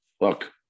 look